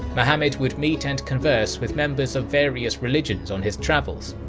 muhammad would meet and converse with members of various religions on his travels.